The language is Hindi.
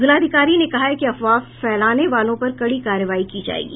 जिलाधिकारी ने कहा है कि अफवाह फैलाने वालों पर कड़ी कार्रवाई की जायेगी